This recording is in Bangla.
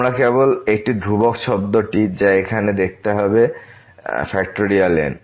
আমরা কেবল একটি ধ্রুবক শব্দটি যা এখানে দেখতে হবে n